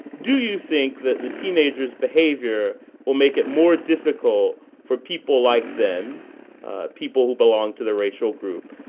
do you think that the teenagers' behavior will make it more difficult for people like them people who belong to their racial group,